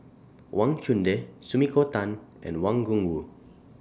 Wang Chunde Sumiko Tan and Wang Gungwu